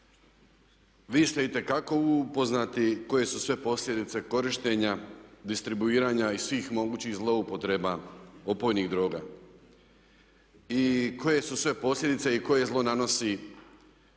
vi ste itekako upoznati koje su sve posljedice korištenja, distribuiranja i svih mogućih zlouporaba opojnih droga. I koje su sve posljedice i koje zlo nanosi